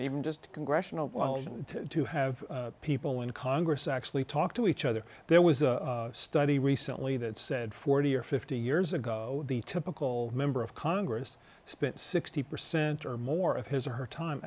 even just congressional delegation to have people in congress actually talk to each other there was a study recently that said forty or fifty years ago the typical member of congress spent sixty percent or more of his or her time